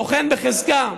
סוכן בחזקה.